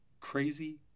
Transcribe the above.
Crazy